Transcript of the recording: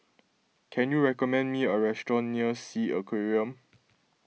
can you recommend me a restaurant near Sea Aquarium